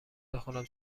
بخونم